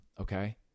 Okay